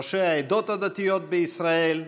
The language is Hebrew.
ראשי העדות הדתיות בישראל,